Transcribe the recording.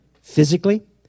physically